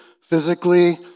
physically